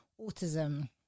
autism